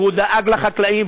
והוא דאג לחקלאים,